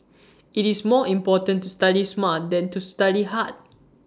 IT is more important to study smart than to study hard